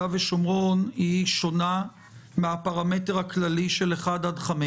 ושומרון שונה מהפרמטר הכללי של 1 עד 5,